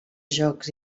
jocs